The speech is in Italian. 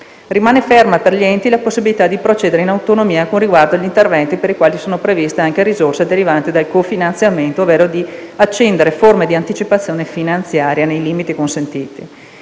Rimane ferma per gli enti la possibilità di procedere in autonomia con riguardo agli interventi per i quali sono previste anche risorse derivanti dal cofinanziamento, ovvero di accendere forme di anticipazione finanziaria nei limiti consentiti.